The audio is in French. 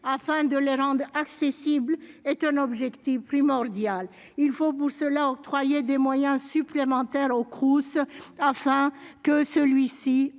afin de les rendre accessibles est un objectif primordial : il faut pour cela octroyer des moyens supplémentaires aux Crous, afin qu'ils